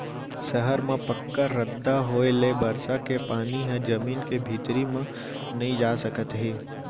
सहर म पक्का रद्दा होए ले बरसा के पानी ह जमीन के भीतरी म नइ जा सकत हे